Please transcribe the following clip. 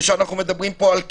ושאנחנו מדברים פה על כאוס,